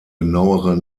genauere